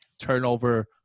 turnover